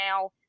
now